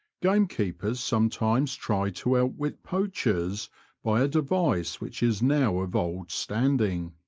game-keepers sometimes try to outwit poachers by a device which is now of old standing.